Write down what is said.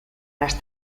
las